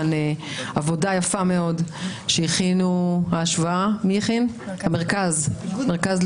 יש לנו כאן עבודה יפה מאוד שהכינו מרכז האיגוד.